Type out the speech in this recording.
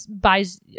buys